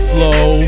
Flow